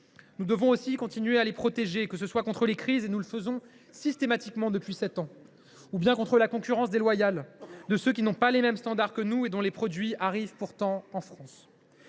Nous devons aussi continuer à protéger les agriculteurs contre les crises, comme nous le faisons systématiquement depuis sept ans, mais aussi contre la concurrence déloyale de ceux qui n’ont pas les mêmes standards que nous et dont les produits arrivent pourtant en France.